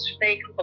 fake